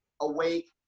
awake